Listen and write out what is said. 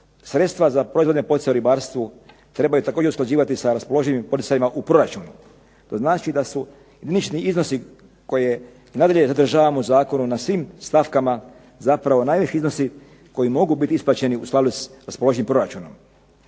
sredstva za proizvodne poticaje u ribarstvu trebaju također usklađivati sa raspoloživim poticajima u proračunu. To znači da su iznosi koje i nadalje zadržavamo u zakonu na svim stavkama, zapravo najviši iznosi koji mogu biti isplaćeni u skladu s raspoloživim proračunom.